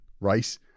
right